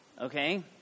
okay